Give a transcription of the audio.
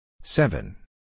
Seven